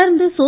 தொடர்ந்து சோ